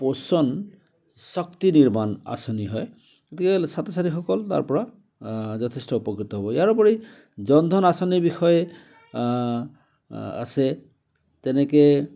পোষণ শক্তি নিৰ্মাণ আঁচনি হয় গতিকে ছাত্ৰ ছাত্ৰীসকল তাৰ পৰা যথেষ্ট উপকৃত হ'ব ইয়াৰ পৰাই জন ধন আঁচনিৰ বিষয়ে আছে তেনেকৈ